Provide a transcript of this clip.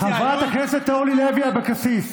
חברת הכנסת אורלי לוי אבקסיס.